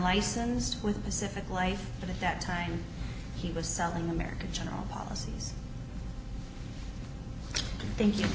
licensed with pacific life at that time he was selling american general policies thank you